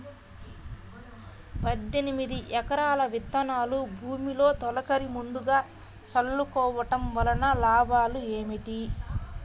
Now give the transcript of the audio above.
పద్దెనిమిది రకాల విత్తనాలు భూమిలో తొలకరి ముందుగా చల్లుకోవటం వలన లాభాలు ఏమిటి?